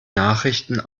nachrichten